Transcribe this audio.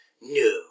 No